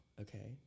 okay